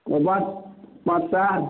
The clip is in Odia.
କବାଟ୍